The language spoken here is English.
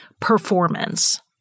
performance